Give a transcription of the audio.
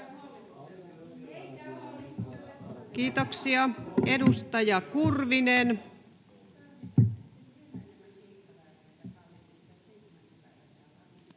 Kiitoksia. — Edustaja Kurvinen.